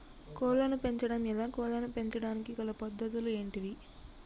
కోళ్లను పెంచడం ఎలా, కోళ్లను పెంచడానికి గల పద్ధతులు ఏంటివి?